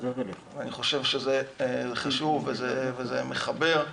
ואני חושב שזה חשוב ומחבר.